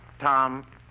Tom